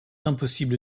impossible